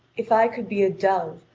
if i could be a dove,